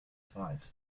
five